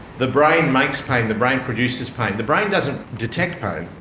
the brain makes pain, the brain produces pain. the brain doesn't detect pain.